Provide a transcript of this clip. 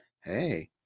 hey